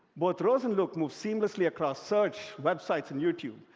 both rose and luke moved seamlessly across search, websites, and youtube,